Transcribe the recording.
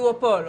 דואופול.